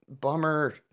bummer